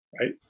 Right